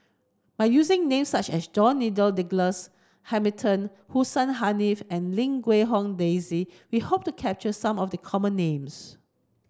by using names such as George Nigel Douglas Hamilton Hussein Haniff and Lim Quee Hong Daisy we hope to capture some of the common names